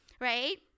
Right